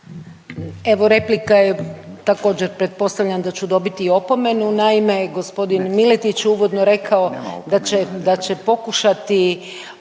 Evo replika je, također pretpostavljam da ću dobiti i opomenu. Naime, gospodin Miletić uvodno je rekao da će, da će pokušati